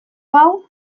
hau